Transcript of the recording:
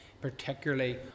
particularly